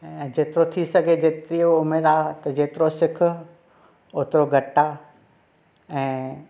ऐं जेतिरो थी सघे जेतिरी उमिर आहे त जेतिरो सिख ओतिरो घटि आहे ऐं